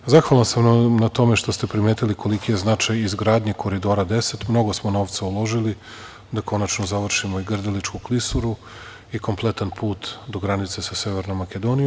Zahvalan sam vam na tome što ste primetili koliki je značaj i izgradnja Koridora 10, mnogo smo novca uložili da konačno završimo i Grdeličku klisuru i kompletan put do granice sa Severnom Makedonijom.